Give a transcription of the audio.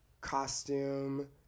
costume